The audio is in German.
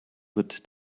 wird